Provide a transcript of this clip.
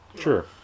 Sure